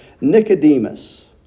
Nicodemus